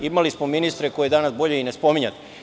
Imali smo, dakle, ministre koje danas bolje i ne spominjati.